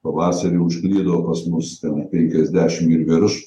pavasarį užklydo pas mus tenai penkiasdešim ir virš